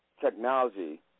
technology